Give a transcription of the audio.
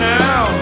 now